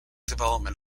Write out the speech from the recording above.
development